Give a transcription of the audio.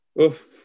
Oof